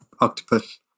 Octopus